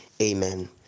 amen